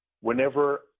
whenever